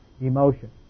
emotion